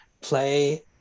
play